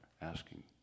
asking